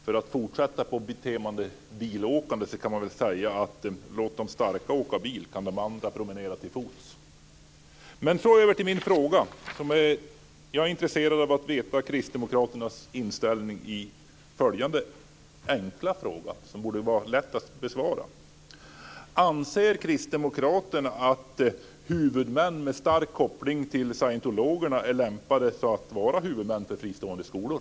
För att fortsätta på temat bilåkande kan man säga: Låt de starka åka bil, så kan de andra promenera till fots. Jag går sedan över till min fråga. Jag är intresserad av att få veta kristdemokraternas inställning i följande enkla fråga, som borde vara lätt att besvara: Anser kristdemokraterna att huvudmän med stark koppling till scientologerna är lämpade att vara huvudmän för fristående skolor?